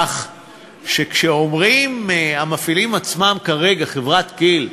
כך שכשאומרים המפעלים עצמם, כרגע חברת כי"ל: